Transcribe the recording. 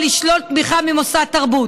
או לשלול תמיכה ממוסד תרבות,